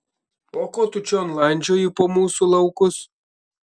o ko tu čion landžioji po mūsų laukus